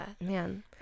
Man